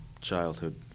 childhood